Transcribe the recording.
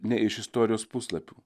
nei iš istorijos puslapių